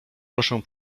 proszę